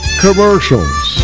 commercials